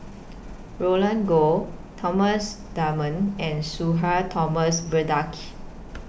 Roland Goh Thomas Dunman and Sudhir Thomas Vadaketh